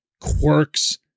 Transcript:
quirks